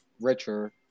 richer